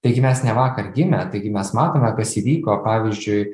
taigi mes ne vakar gimę taigi mes matome kas įvyko pavyzdžiui